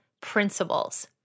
principles